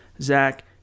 Zach